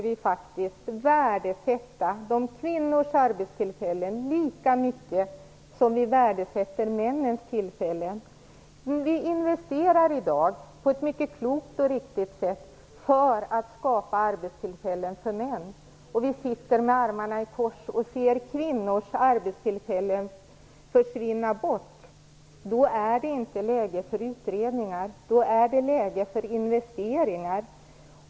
Vi måste värdesätta kvinnors arbetstillfällen lika mycket som vi värdesätter männens arbetstillfällen. Vi investerar i dag på ett mycket klokt och riktigt sätt för att skapa arbetstillfällen för män, och vi sitter med armarna i kors och ser kvinnors arbetstillfällen försvinna bort. Då är det inte läge för utredningar, utan det är läge för investeringar.